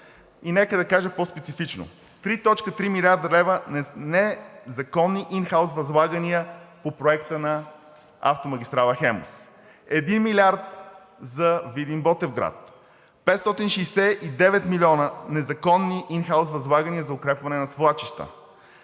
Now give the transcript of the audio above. И нека да кажа по-специфично – 3,3 млрд. лв. незаконни ин хаус възлагания по Проекта на автомагистрала „Хемус“; един милиард за Видин – Ботевград; 569 милиона незаконни ин хаус възлагания за укрепване на свлачища;